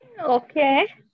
Okay